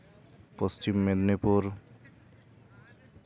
Paschim Medinipur